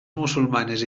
musulmanes